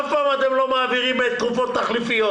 אף פעם אתם לא מעבירים תרופות תחליפיות.